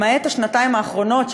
למעט השנתיים האחרונות,